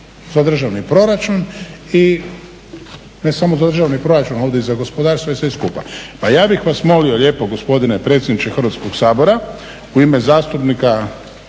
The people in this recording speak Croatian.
za državni proračun i ne samo za državni proračun ovdje i za gospodarstvo i sve skupa. Pa ja bih vas molio lijepo gospodine predsjedniče Hrvatskog sabora u ime zastupnika